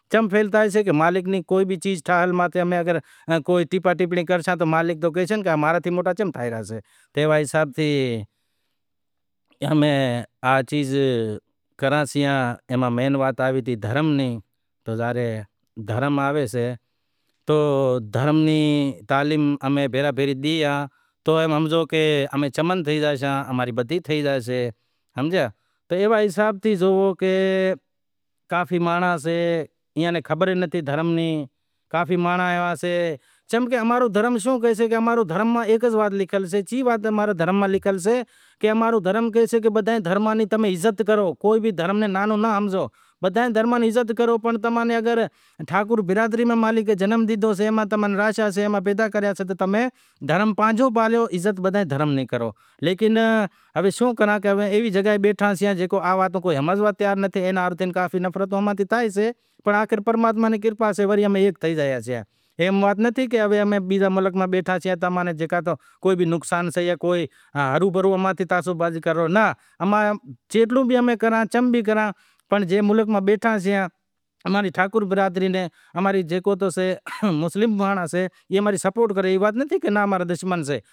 ایئے نی زاوے پسے چیم کہ اتا رے مہانگوئی سئے، بھت رے ودہ میں ودہ ترن دیگیں کھائیسیں پر آگرلاں رو کرایو ستر اسی نوے ہزار روپیا کرایو تھئی زاشے، گریب مانڑاں ویچارا چھاں تے بوجھ کرے، تو اماری کوشش ای لاگل پڑی سئے کہ کھاس کرے امیں تھوڑی تبدیلی آوے چم کہ ہر قوم رے اندر تبدیلی آوے گئی سئے پر اما ری وڈیاری قوم رے اندر تبدیلی نتھی آوتی، تو اما ری کوشش لاگل پڑی سئے کہ تبدیلی جیکو بھی ریت رسم سئہ اینا علاوہ میت تھئی زائیشے میت مطلب کوئی ویچارو گریب سئہ کوئی دفناوے سے کوئی اگن کاٹھ ڈالے، اگن کاٹھ رو مطلب ای سئے ہڑگاوے سے ٹھیک سئہ پسے کوئی ترن داہ میں ودھاڑے کوئی بارہ داہ ودھاڑے جیوو پسے حال سئے اوئی سے ایوا نمونے تے نام رو جیکو بھی سے ساستر ناں گیتا را ارڑنہاں ادھیا سئے جیکو گیتا را ارڑانہں ادھیا سے ای کرے پسے جیکو بھی سئے اینا نام ری دعا مانگاں سیں پرماتما جیکو بھی اے گلتیوں سلطیوں تھیوں اے ناں مافی ڈے چیم کہ ام انساں تو پل پل را گنہگار ساں، جیکو مری زائیشے ایوا نمونے سی دعا مانگا سیں، مٹ مائیٹ نیاںڑیں سیانڑیں دعا مانگیں سیں کہ پرماتما جیکو بھی اے ای گلتی تھی اے ایئے ناں مافی ڈیوے انیں کے سٹھا گھرے اوتار ہالجے۔ اما ری کوشش ای لاگل پڑی اے کہ ام مرنڑاں رو بھی خاشو رواج کاڈھی ہالشو۔